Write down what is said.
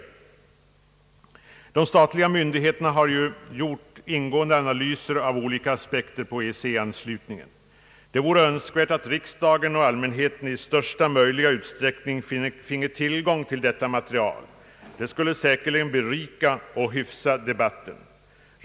De statliga myndigheterna har ju gjort ingående analyser av olika aspekter på EEC-anslutningen. Det vore önskvärt att riksdagen och allmänheten i största möjliga utsträckning finge tillgång till detta material. Det skulle säkerligen berika och hyfsa debatten.